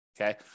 okay